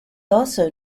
also